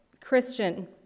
Christian